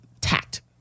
tact